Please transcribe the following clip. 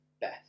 Beth